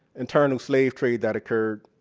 internal slave trade that occurred,